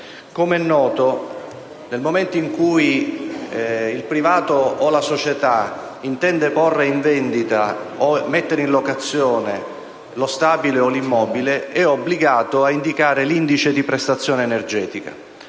Come enoto nel momento in cui il privato o la societa intendono porre in vendita o mettere in locazione lo stabile o l’immobile sono obbligati ad indicare l’indice di prestazione energetica.